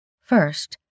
First